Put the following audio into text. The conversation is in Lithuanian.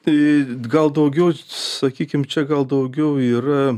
tai gal daugiau sakykim čia gal daugiau yra